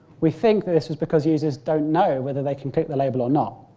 we think this was because users don't know whether they can click the label or not.